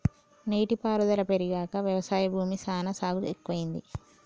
నీటి పారుదల పెరిగాక వ్యవసాయ భూమి సానా సాగు ఎక్కువైంది